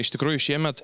iš tikrųjų šiemet